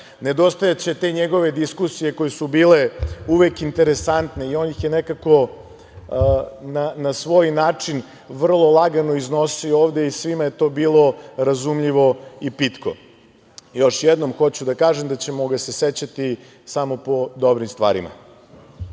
Nedostajaće te njegove diskusije koje su bile uvek interesantne i on ih je nekako na svoj način vrlo lagano iznosio ovde i svima je to bilo razumljivo i pitko. Još jednom hoću da kažem da ćemo ga se sećati samo dobrim stvarima. Kada